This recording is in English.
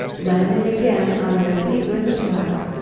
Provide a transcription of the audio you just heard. landing again on their feet with a smile.